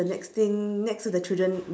the next thing next to the children